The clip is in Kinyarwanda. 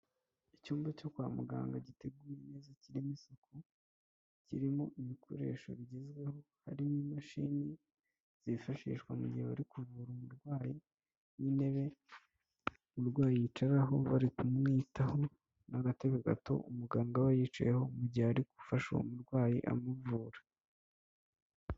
Icyumba cyo kwa muganga giteguye neza kirimo isuku, kirimo ibikoresho bigezweho hari n'imashini zifashishwa mu gihe bari kuvura umurwayi n'intebe umurwayi yicaraho bari kumwitaho n'agatebe gato umuganga aba yicayeho mu gihe ari gufasha uwo murwayi amuvura.